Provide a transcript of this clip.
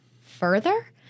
further